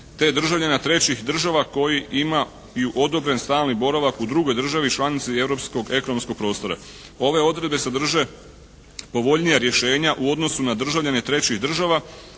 te državljana trećih država koji ima i odobren stalni boravak u drugoj državi članici europskog ekonomskog prostora. Ove odredbe sadrže povoljnija rješenja u odnosu na državljane trećih država,